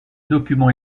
document